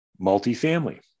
multifamily